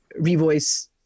revoice